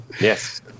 Yes